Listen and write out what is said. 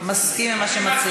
אני מסכים עם מה שמציעים.